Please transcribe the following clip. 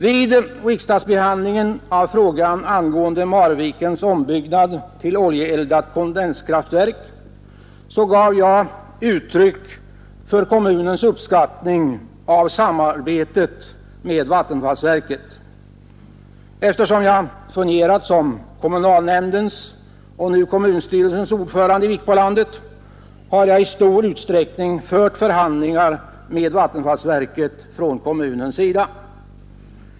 Vid riksdagsbehandlingen av frågan angående Marvikens ombyggnad till oljeeldat kondenskraftverk gav jag uttryck för kommunens uppskattning av samarbetet med vattenfallsverket. Eftersom jag fungerat som kommunalnämndens och nu kommunstyrelsens ordförande i Vikbolandet har jag i stor utsträckning fört förhandlingar med vattenfallsverket från kommunens sida.